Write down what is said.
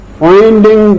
finding